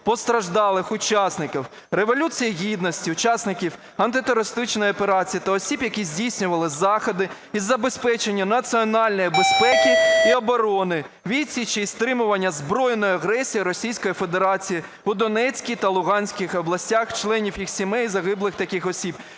постраждалих учасників Революції Гідності, учасників Антитерористичної операції та осіб, які здійснювали заходи із забезпечення національної безпеки і оборони, відсіч і стримування збройної агресії Російської Федерації у Донецькій та Луганській областях, членів їх сімей і загиблих таких осіб;